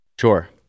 Sure